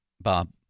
Bob